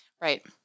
Right